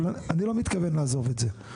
אבל אני לא מתכוון לעזוב את זה.